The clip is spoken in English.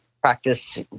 practice